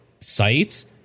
sites